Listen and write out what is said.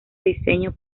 diseño